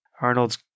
Arnold's